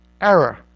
error